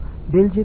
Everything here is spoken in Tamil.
என்றால் என்ன